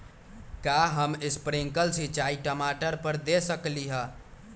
का हम स्प्रिंकल सिंचाई टमाटर पर दे सकली ह?